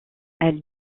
elle